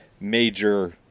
major